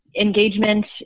engagement